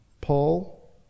Paul